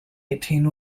eighteen